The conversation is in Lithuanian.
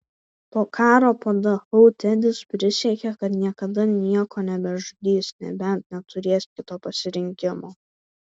po karo po dachau tedis prisiekė kad niekada nieko nebežudys nebent neturės kito pasirinkimo